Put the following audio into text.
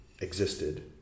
existed